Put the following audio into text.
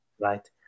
Right